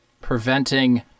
preventing